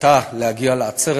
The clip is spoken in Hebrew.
הייתה להגיע לעצרת.